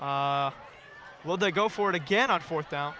well they go for it again on fourth down